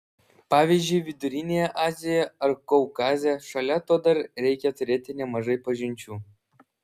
pavyzdžiui vidurinėje azijoje ar kaukaze šalia to dar reikia turėti nemažai pažinčių